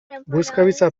błyskawica